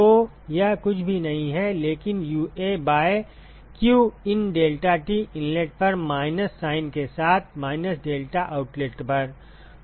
तो यह कुछ भी नहीं है लेकिन UA by q in deltaT inlet पर माइनस साइन के साथ माइनस डेल्टा आउटलेट पर